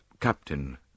Captain